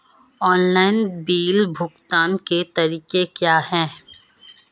Online bill भुगतान के तरीके क्या हैं?